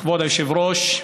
כבוד היושב-ראש,